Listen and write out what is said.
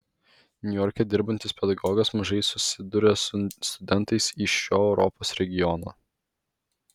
niujorke dirbantis pedagogas mažai susiduria su studentais iš šio europos regiono